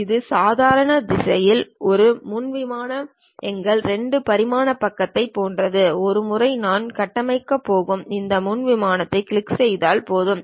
இது சாதாரண திசையில் ஒரு முன் விமானத்தில் எங்கள் 2 பரிமாண பக்கத்தைப் போன்றது ஒருமுறை நான் கட்டமைக்கப் போகும் அந்த முன் விமானத்தை கிளிக் செய்தால் போதும்